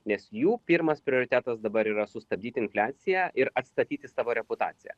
nes jų pirmas prioritetas dabar yra sustabdyti infliaciją ir atstatyti savo reputaciją